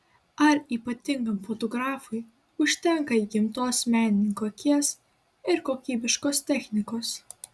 ar ypatingam fotografui užtenka įgimtos menininko akies ir kokybiškos technikos